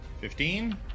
Fifteen